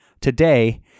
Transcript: today